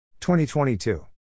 2022